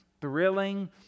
thrilling